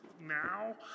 now